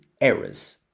errors